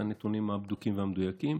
נתונים בדוקים ומדויקים.